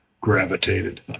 gravitated